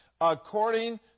according